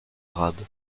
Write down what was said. arabe